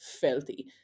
filthy